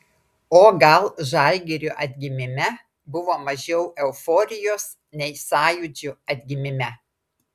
o gal žalgirio atgimime buvo mažiau euforijos nei sąjūdžio atgimime